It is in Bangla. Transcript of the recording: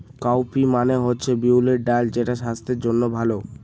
কাউপি মানে হচ্ছে বিউলির ডাল যেটা স্বাস্থ্যের জন্য ভালো